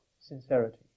sincerity